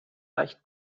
leicht